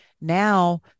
now